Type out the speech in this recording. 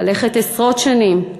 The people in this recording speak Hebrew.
ללכת עשרות שנים,